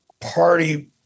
party